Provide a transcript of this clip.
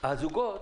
אבל הזוגות